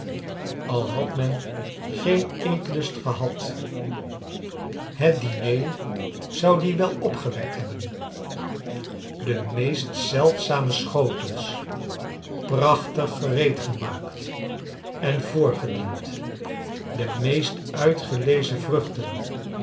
al had men geen eetlust gehad kleine dorrit het diner zou dien wel opgewekt hebben de meest zeldzame schotels prachtig gereedgemaakt en voorgediend de meest uitgelezen vruchten